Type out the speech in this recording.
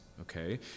Okay